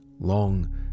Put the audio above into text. long